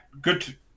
good